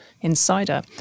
insider